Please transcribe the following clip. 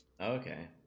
Okay